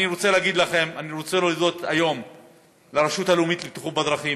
אני רוצה להגיד לכם שאני רוצה להודות היום לרשות הלאומית לבטיחות בדרכים